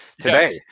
today